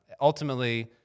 Ultimately